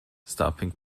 stopping